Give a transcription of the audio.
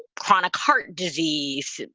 chronic heart disease,